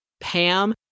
Pam